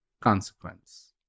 consequence